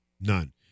none